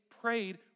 prayed